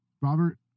Robert